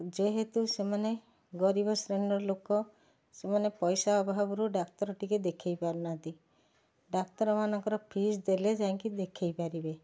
ଯେହେତୁ ସେମାନେ ଗରିବ ଶ୍ରେଣୀର ଲୋକ ସେମାନେ ପଇସା ଅଭାବରୁ ଡାକ୍ତର ଟିକିଏ ଦେଖାଇ ପାରୁନାହାନ୍ତି ଡାକ୍ତରମାନଙ୍କର ଫିଜ୍ ଦେଲେ ଯାଇଁକି ଦେଖାଇପାରିବେ